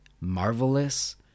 marvelous